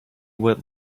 what